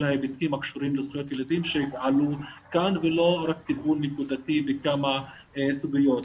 ההיבטים הקשורים לזכויות ילדים שעלו כאן ולא רק טיפול נקודתי בכמה סוגיות.